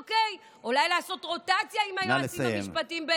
אולי לעשות רוטציה עם היועצים המשפטיים, נא לסיים.